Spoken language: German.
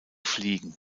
fliegen